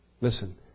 Listen